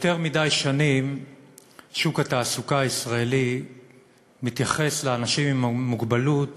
יותר מדי שנים שוק התעסוקה הישראלי מתייחס לאנשים עם מוגבלות